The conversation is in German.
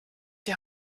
die